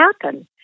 happen